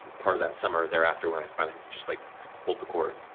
part of that summer thereafter when i finally just like pulled the cord.